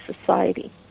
society